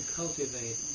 cultivate